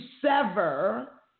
sever